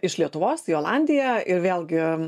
iš lietuvos į olandiją ir vėlgi